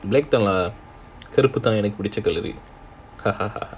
black தான்:thaan lah கருப்பு தான் எனக்கு புடிச்ச கலரு:karuppu thaan enakku pudicha coloru